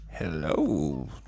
Hello